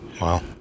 Wow